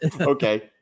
okay